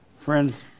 friends